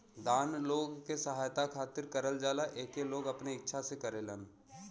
दान लोग के सहायता खातिर करल जाला एके लोग अपने इच्छा से करेलन